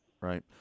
right